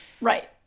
right